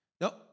Nope